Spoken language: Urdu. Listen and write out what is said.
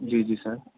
جی جی سر